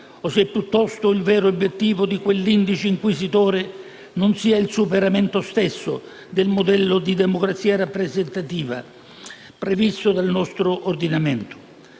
o se, piuttosto, il vero obiettivo di quell'indice inquisitore non sia il superamento stesso del modello di democrazia rappresentativa previsto dal nostro ordinamento.